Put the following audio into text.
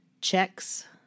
checks